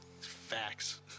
Facts